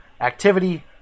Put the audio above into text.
activity